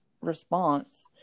response